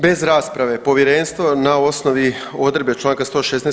Bez rasprave povjerenstvo na osnovi odredbe Članka 116.